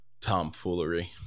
tomfoolery